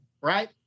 Right